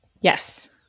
Yes